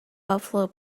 buffalo